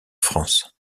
france